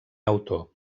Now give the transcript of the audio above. autor